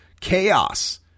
chaos